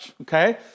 okay